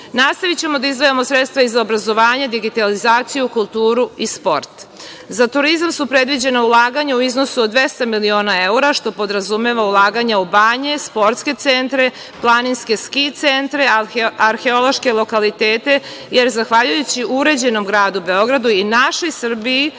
Nastavićemo da izdvajamo sredstva i za obrazovanje, digitalizaciju, kulturu i sport. Za turizam su predviđena ulaganja u iznosu od 200 miliona evra, što podrazumeva ulaganje u banje, sportske centre, planinske ski centre, arheološke lokalitete, jer zahvaljujući uređenom gradu Beogradu i našoj Srbiji,